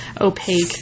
opaque